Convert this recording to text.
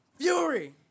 Fury